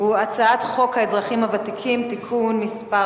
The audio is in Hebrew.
הוא הצעת חוק האזרחים הוותיקים (תיקון מס'